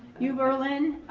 new berlin,